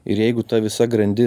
ir jeigu ta visa grandis